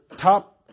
top